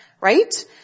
Right